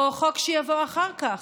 או חוק שיבוא אחר כך,